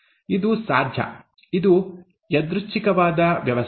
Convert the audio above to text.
ಇದು ಸಾಧ್ಯ ಇದು ಯಾದೃಚ್ಛಿಕವಾದ ವ್ಯವಸ್ಥೆ